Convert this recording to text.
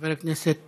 חבר הכנסת